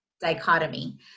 dichotomy